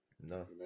No